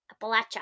Appalachia